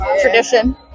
tradition